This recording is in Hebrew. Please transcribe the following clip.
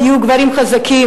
תהיו גברים חזקים.